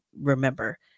remember